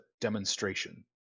demonstration